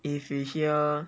if you hear